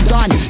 Done